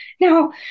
Now